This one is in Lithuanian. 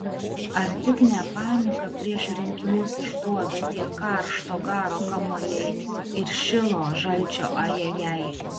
ar tik ne paniką prieš rinkimus išduoda tie karšto garo kamuoliai ir šilo žalčio ajajai